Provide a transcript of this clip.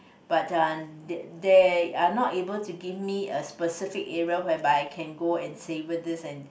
but uh they they are not able to give me a specific area whereby can go and savour this and